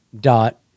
dot